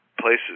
places